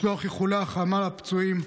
לשלוח איחולי החלמה לפצועים,